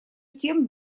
тем